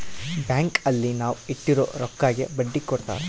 bank ಅಲ್ಲಿ ನಾವ್ ಇಟ್ಟಿರೋ ರೊಕ್ಕಗೆ ಬಡ್ಡಿ ಕೊಡ್ತಾರ